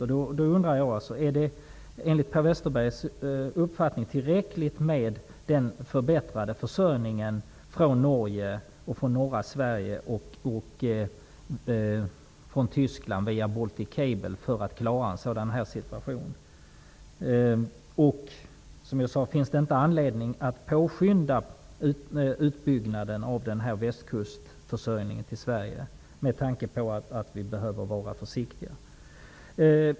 Jag undrar då: Är det enligt Per Westerbergs uppfattning tillräckligt med den förbättrade försörjningen från Norge, från norra Sverige och från Tyskland via Baltic Cable för att klara en sådan situation? Finns det inte, som jag sade, anledning att påskynda utbyggnaden av västkustförsörjningen till Sverige, med tanke på att vi behöver vara försiktiga?